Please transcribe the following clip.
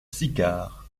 sicard